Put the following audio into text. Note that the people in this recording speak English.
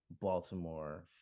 Baltimore